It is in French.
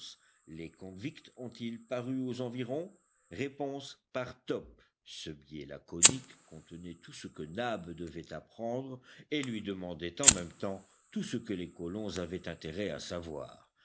les convicts ont-ils paru aux environs réponse par top ce billet laconique contenait tout ce que nab devait apprendre et lui demandait en même temps tout ce que les colons avaient intérêt à savoir